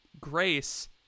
grace